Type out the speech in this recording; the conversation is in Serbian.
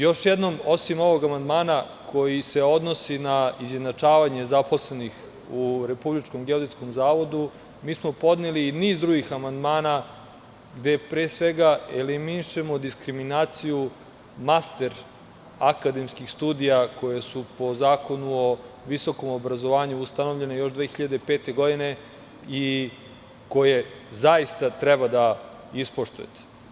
Još jednom, osim ovog amandmana koji se odnosi na izjednačavanje zaposlenih u RGZ, mi smo podneli i niz drugih amandmana gde pre svega eliminišemo diskriminaciju master akademskih studija koje su po Zakonu o visokom obrazovanju ustanovljene 2005. godine i koje zaista treba da ispoštujete.